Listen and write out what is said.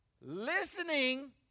Listening